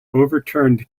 overturned